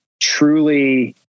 truly